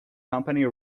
company